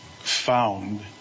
found